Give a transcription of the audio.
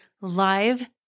live